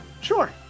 Sure